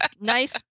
nice